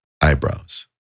eyebrows